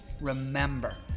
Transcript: Remember